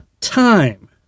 time